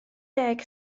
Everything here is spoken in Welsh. deg